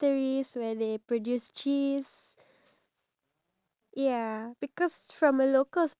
ya true and if we visit those type of places where we really learn about different cultures then